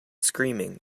screaming